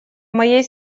моей